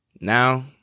Now